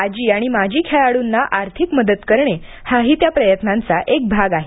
आजी आणि माजी खेळाडूंना आर्थिक मदत करणे हाही त्या प्रयत्नांचा एक भाग आहे